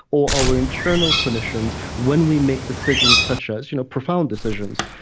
or our internal clinicians, when we make decisions such as you know profound decisions.